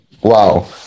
wow